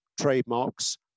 trademarks